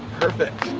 perfect.